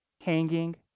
hanging